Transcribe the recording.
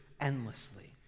Endlessly